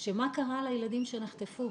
קרה לילדים שנחטפו,